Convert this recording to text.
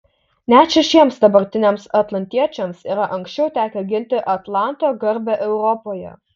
net šešiems dabartiniams atlantiečiams yra anksčiau tekę ginti atlanto garbę europoje